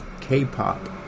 K-Pop